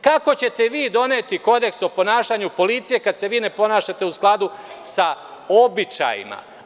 Kako ćete vi doneti kodeks o ponašanju policije kad se vi ne ponašate u skladu sa običajima?